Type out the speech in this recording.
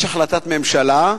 יש החלטת ממשלה,